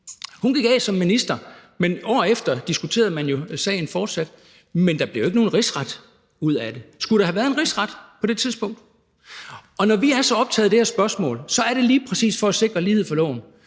Hun gik af som minister, men året efter diskuterede man jo fortsat sagen. Men der kom jo ikke nogen rigsretssag ud af det. Skulle der have været en rigsretssag på det tidspunkt? Når vi er så optaget af det her spørgsmål, er det lige præcis for at sikre lighed for loven